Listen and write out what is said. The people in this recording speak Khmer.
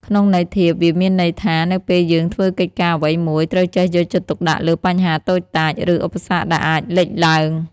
ក្នុងន័យធៀប វាមានន័យថា នៅពេលយើងធ្វើកិច្ចការអ្វីមួយ ត្រូវចេះយកចិត្តទុកដាក់លើបញ្ហាតូចតាច ឬឧបសគ្គដែលអាចលេចឡើង។